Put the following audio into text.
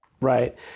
Right